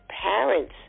parents